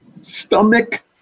stomach